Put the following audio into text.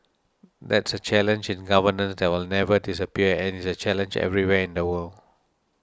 that's a challenge in governance that will never disappear and is a challenge everywhere in the world